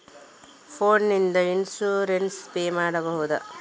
Phone ನಿಂದ insurance pay ಮಾಡಬಹುದ?